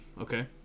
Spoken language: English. Okay